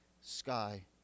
sky